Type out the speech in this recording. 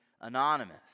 anonymous